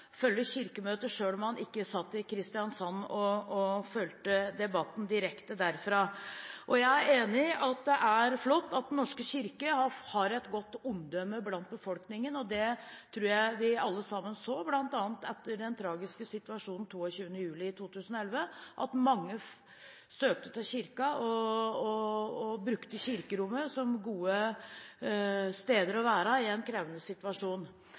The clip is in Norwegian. satt i Kristiansand og fulgte debatten direkte derfra. Jeg er enig i at det er flott at Den norske kirke har et godt omdømme blant befolkningen. Jeg tror vi alle så at etter den tragiske situasjonen 22. juli i 2011 søkte mange til kirken og brukte kirkerommene som gode steder å være i en krevende situasjon.